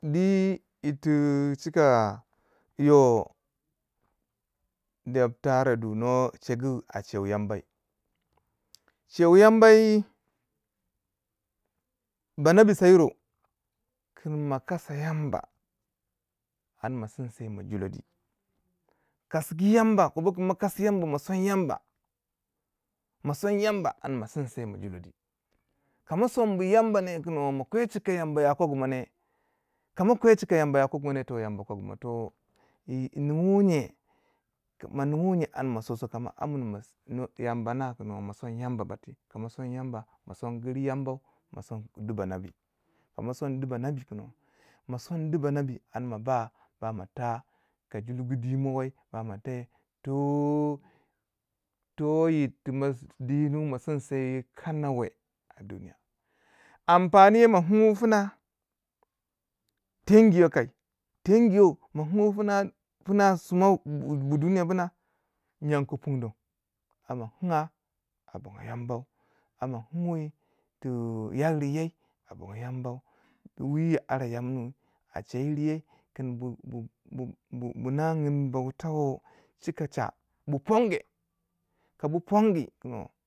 dui yir ti chika yo deptara du nwo chegu a cheu yambai, cheu yambai ba nabi sayiro kin ma kasa yamba an ma sinsai ma julo di kasgu yamba kobo ka mo kasi yamba ma son yamba ma som yamba an ma sinsiye ma julo di ka ma sombu yamba ne kin on ma kwe chika yamba ya kogu mo ne kama kwai chika yamba ya kogomo ne to yamba kogomau toh yin nuwu nye ka moningu nye an ma toso ka ma amun mo yamba na kin on mo son yamba bati kama son yamba, mo son giru yamba mo son ku du banabi kama son du banabi kun on, mo son du banabi and ma ba ba mo ta ka julgu di mo wai bamo te to, to yirtu ma dimunu ma sinsiye yi kana we a duniya ampaniye mo kingi pina tengu yo kai tenguyo ma kingu pina pina sima wu bu duniya bina nyan ku pun don a mo kinga a bongo yambai amo kinguwi ti yariye a bongo yamba, wiyo ara yamini a che yir ye kin bu- bu- bu bu nagin bauta wo chika cha bu ponge, ka bu pongi kun toh.